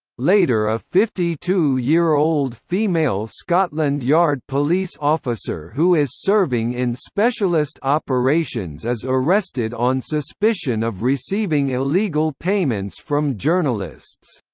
later a fifty two year old female scotland yard police officer who is serving in specialist operations is arrested on suspicion of receiving illegal payments from journalists.